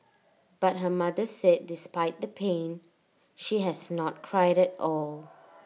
but her mother said despite the pain she has not cried at all